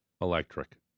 Electric